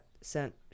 sent